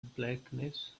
blackness